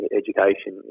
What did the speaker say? education